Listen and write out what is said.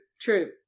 true